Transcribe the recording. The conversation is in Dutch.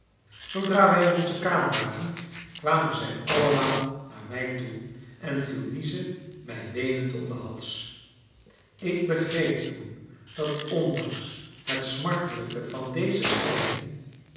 zoodra wij in onze kamer waren kwamen zij allemaal naar mij toe en viel lize mij weenend om den hals ik begreep toen dat ondanks het smartelijke van deze scheiding